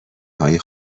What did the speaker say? های